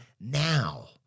now